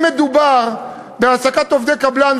אם מדובר בהעסקת עובדי קבלן,